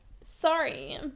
sorry